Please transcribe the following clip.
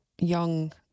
young